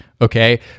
okay